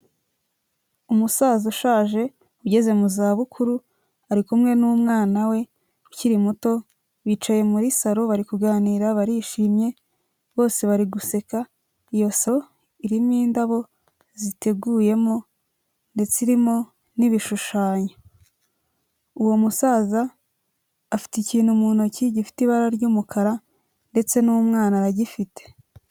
Umusaza ushaje ugeze mu za bukuru ari kumwe n'umwana we ukiri muto, bicaye muri saro bari kuganira, barishimye bose bari guseka, iyo saro irimo indabo ziteguyemo ndetse rimo n'ibishushanyo, uwo musaza afite ikintu mu ntoki gifite ibara ry'umukara ndetse n'umwana aragifite.